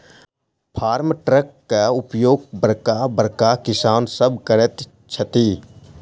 farm ट्रकक उपयोग बड़का बड़का किसान सभ करैत छथि